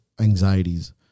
anxieties